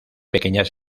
pequeñas